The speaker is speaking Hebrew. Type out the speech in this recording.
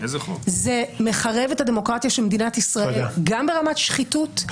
זה מחרב את הדמוקרטיה של מדינת ישראל גם ברמת שחיתות,